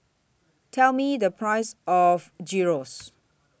Tell Me The Price of Gyros